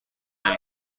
نمی